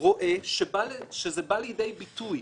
רואה שזה בא לידי ביטוי.